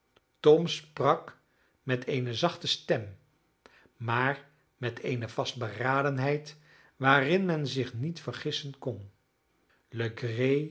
tom sprak met eene zachte stem maar met eene vastberadenheid waarin men zich niet vergissen kon